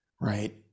right